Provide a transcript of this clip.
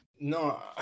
No